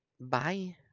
Bye